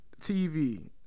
TV